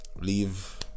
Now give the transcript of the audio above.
leave